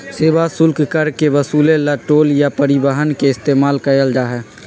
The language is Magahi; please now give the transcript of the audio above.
सेवा शुल्क कर के वसूले ला टोल या परिवहन के इस्तेमाल कइल जाहई